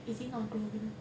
is it not growing